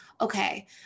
okay